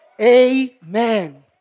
Amen